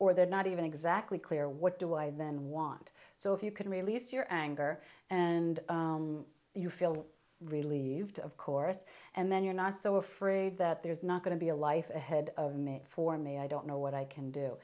or they're not even exactly clear what do i then want so if you can release your anger and you feel relieved of course and then you're not so afraid that there's not going to be a life ahead of me for me i don't know what i can do